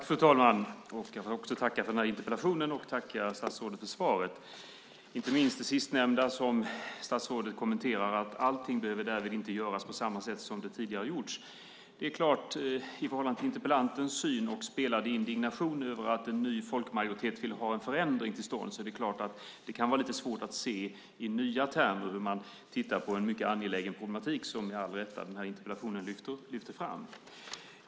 Fru talman! Tack för interpellationen och tack, statsrådet, för svaret, inte minst det sista som statsrådet kommenterade, nämligen att inte allt behöver göras på samma sätt som tidigare. I förhållande till interpellantens syn och spelade indignation över att en ny folkmajoritet vill ha en förändring till stånd kan det var svårt att se i nya termer hur man tittar på en mycket angelägen problematik som den här interpellationen med all rätt lyfter fram.